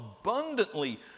abundantly